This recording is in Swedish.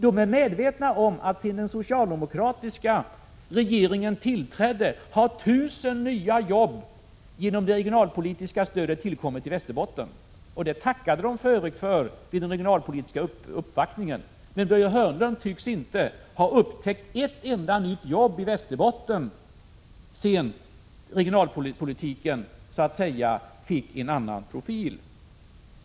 De är medvetna om att sedan den socialdemokratiska regeringen tillträdde har 1 000 nya jobb tillkommit i Västerbotten genom det regionalpolitiska stödet — det tackade de för övrigt för vid den regionalpolitiska uppvaktningen. Men Börje Hörnlund tycks inte ha upptäckt ett enda nytt jobb i Västerbotten sedan regionalpolitiken fick en annan profil.